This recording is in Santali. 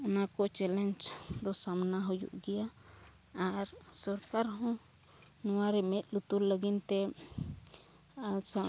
ᱚᱱᱟᱠᱚ ᱪᱮᱞᱮᱧᱡᱽ ᱫᱚ ᱥᱟᱢᱱᱟ ᱦᱩᱭᱩᱜ ᱜᱮᱭᱟ ᱟᱨ ᱥᱚᱨᱠᱟᱨ ᱦᱚᱸ ᱱᱚᱣᱟᱨᱮ ᱢᱮᱫ ᱞᱩᱛᱩᱨ ᱞᱟᱹᱜᱤᱫ ᱛᱮ ᱟᱨ ᱥᱟᱶ